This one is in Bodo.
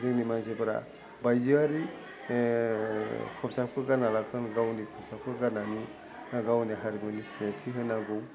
जोंनि मानसिफ्रा बायजोआरि खसाबखौ गानालासिनो गावनि खसाबखौ गान्नानै गावनि हारिमुनि सिनायथि होनांगौ